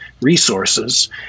resources